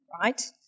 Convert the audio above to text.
right